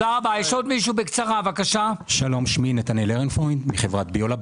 חברת ביו-לב